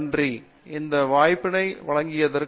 பேராசிரியர் பாபு விஸ்வநாத் இந்த வாய்ப்பிற்கான நன்றி பிரதாப்